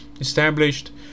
established